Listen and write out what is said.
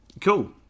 Cool